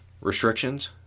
restrictions